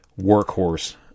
workhorse